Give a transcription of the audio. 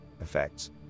effects